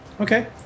okay